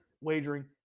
wagering